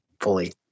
fully